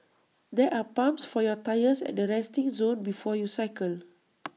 there are pumps for your tyres at the resting zone before you cycle